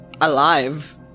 alive